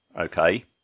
Okay